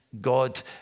God